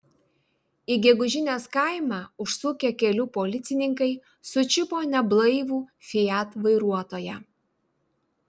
į gegužinės kaimą užsukę kelių policininkai sučiupo neblaivų fiat vairuotoją